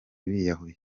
biyahuye